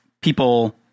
people